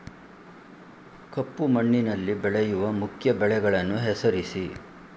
ಕಪ್ಪು ಮಣ್ಣಿನಲ್ಲಿ ಬೆಳೆಯುವ ಮುಖ್ಯ ಬೆಳೆಗಳನ್ನು ಹೆಸರಿಸಿ